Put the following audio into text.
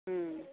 ம்